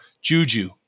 Juju